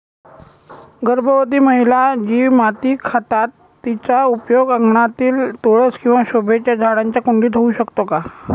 गर्भवती महिला जी माती खातात तिचा उपयोग अंगणातील तुळस किंवा शोभेच्या झाडांच्या कुंडीत होऊ शकतो का?